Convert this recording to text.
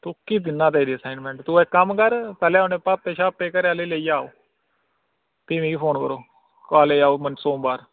तुकी दिन्ना तेरी असाइनमेंट तूं इक कम्म कर पैह्ले अपने पापे शापे घरै आह्ले गी लेइयै आओ फ्ही मिकी फोन करो कालेज आओ सोमवार